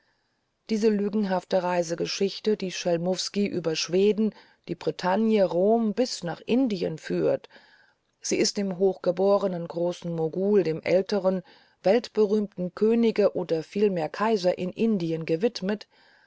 diese lügenhafte reisegeschichte die schelmuffski über schweden die bretagne rom bis nach indien führt sie ist dem hochgeborenen großen mogul dem älteren weltberühmten könige oder vielmehr kaiser in indien gewidmet